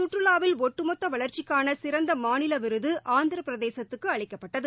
சுற்றுலாவில் ஒட்டுமொத்த வளர்ச்சிக்கான சிறந்த மாநில விருது ஆந்திர பிரதேசத்துக்கு அளிக்கப்பட்டது